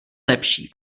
lepší